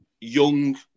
young